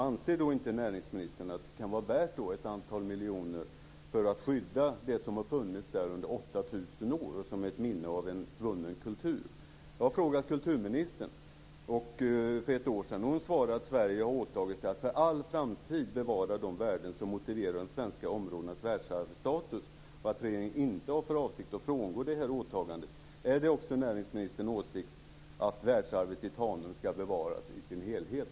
Anser inte näringsministern att det kan vara värt ett antal miljoner att skydda det som har funnits där under 8 000 år och som är ett minne av en svunnen kultur? Jag ställde samma fråga till kulturministern för ett år sedan. Hon svarade att Sverige har åtagit sig att för all framtid bevara de värden som motiverar de svenska områdenas världsarvsstatus och att regeringen inte har för avsikt att frångå detta åtgande. Är det också näringsministerns åsikt att världsarvet i Tanum ska bevaras i dess helhet?